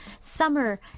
summer